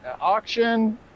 auction